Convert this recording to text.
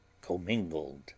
commingled